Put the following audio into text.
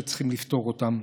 שצריכים לפתור אותן.